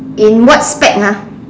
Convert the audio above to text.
in what spect ha